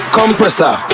Compressor